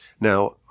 Now